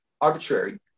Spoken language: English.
arbitrary